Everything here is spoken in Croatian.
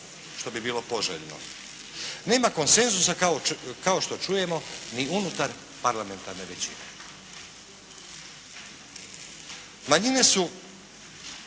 što bi bilo poželjno, nema konsenzusa kao što čujemo ni unutar parlamentarne većine. Manjine su,